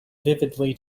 vividly